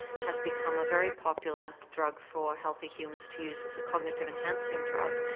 has become a very popular drug for healthy humans to use as a cognitive enhancing drug.